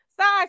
Size